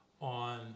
on